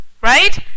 right